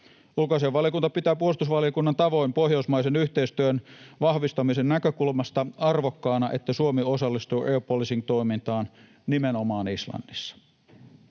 Ulkoasiainvaliokunta pitää puolustusvaliokunnan tavoin pohjoismaisen yhteistyön vahvistamisen näkökulmasta arvokkaana, että Suomi osallistuu air policing ‑toimintaan nimenomaan Islannissa.